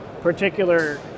particular